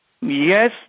Yes